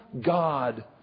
God